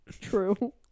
True